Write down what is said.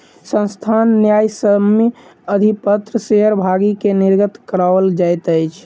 संस्थान न्यायसम्य अधिपत्र शेयर भागी के निर्गत कराओल जाइत अछि